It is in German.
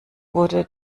wurde